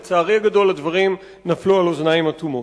לצערי הגדול, הדברים נפלו על אוזניים אטומות.